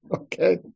okay